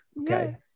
okay